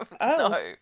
No